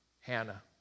Hannah